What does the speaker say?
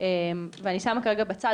ואני שמה רגע בצד,